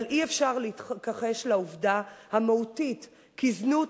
אבל אי-אפשר להתכחש לעובדה המהותית כי זנות